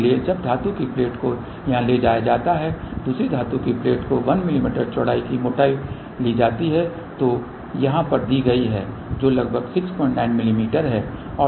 इसलिए अब धातु की प्लेट को यहाँ ले जाया जाता है दूसरी धातु की प्लेट को 1 मिमी चौड़ाई की मोटाई ली जाती है जो यहाँ पर दी गई है जो लगभग 69 मिमी है